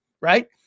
right